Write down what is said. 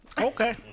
Okay